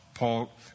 Paul